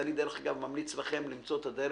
ודרך אגב אני ממליץ לכם למצוא דרך